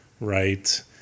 right